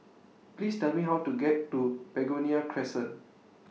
Please Tell Me How to get to Begonia Crescent